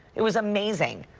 it was amazing.